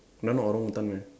not not orangutan meh